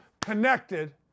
connected